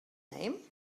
name